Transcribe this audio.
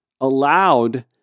allowed